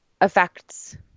affects